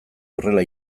horrela